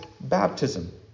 baptism